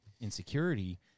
insecurity